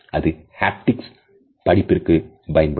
அது haptics படிப்பிற்கு பயன்படும்